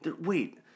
wait